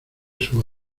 sus